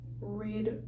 read